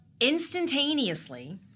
Instantaneously